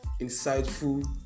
insightful